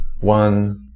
One